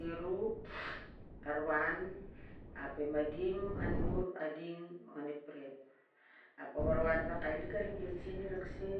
Iru anan ap e mading an mur ading onep prep a warwar rarakai lik a rim toh sin i rak se